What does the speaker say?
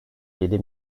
yedi